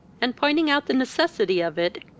and pointing out the necessity of it,